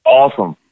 awesome